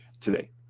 today